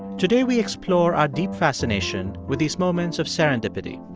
today, we explore our deep fascination with these moments of serendipity.